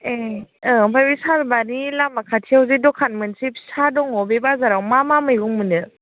ए औ ओमफ्राय बे सालबारि लामा खाथियावजे दखान मोनसे फिसा दङ बे बाजाराव मा मा मैगं मोनो